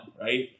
right